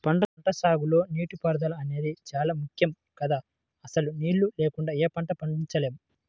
పంటసాగులో నీటిపారుదల అనేది చానా ముక్కెం గదా, అసలు నీళ్ళు లేకుండా యే పంటా పండించలేము